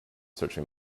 searching